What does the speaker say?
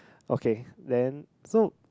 okay then so